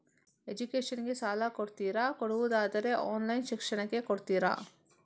Education ಗೆ ಸಾಲ ಕೊಡ್ತೀರಾ, ಕೊಡುವುದಾದರೆ ಆನ್ಲೈನ್ ಶಿಕ್ಷಣಕ್ಕೆ ಕೊಡ್ತೀರಾ?